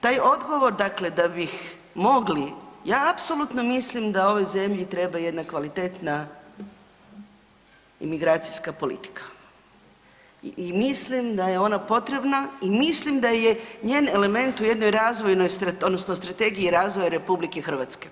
Taj odgovor dakle da bih mogli, ja apsolutno mislim da ovoj zemlji treba jedna kvalitetna imigracijska politika i mislim da je ona potrebna i mislim da je njen element u jednoj razvojnoj odnosno strategiji razvoja RH.